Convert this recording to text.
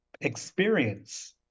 experience